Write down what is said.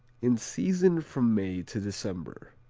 in season from may to december.